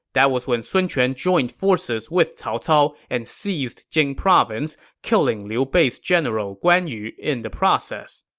that was when sun quan joined forces with cao cao and seized jing province, killing liu bei's general guan yu in the process.